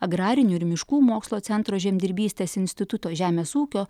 agrarinių ir miškų mokslo centro žemdirbystės instituto žemės ūkio